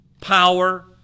power